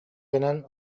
гынан